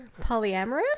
Polyamorous